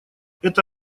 это